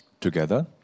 Together